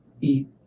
eat